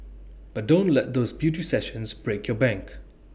but don't let those beauty sessions break your bank